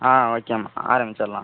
ஆ ஓகேம்மா ஆரம்பிச்சிடலாம்